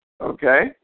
Okay